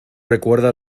recuerda